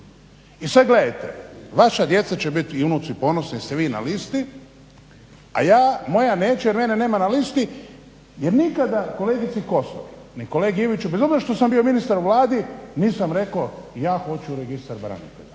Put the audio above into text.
I sad gledajte, vaša djeca će bit i unuci ponosni jer ste vi na listi, a ja, moja neće jer mene nema na listi jer nikada kolegici Kosor ni kolegi Iviću bez obzira što sam bio ministar u Vladi nisam rekao ja hoću u Registar branitelja.